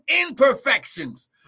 imperfections